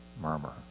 murmur